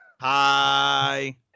Hi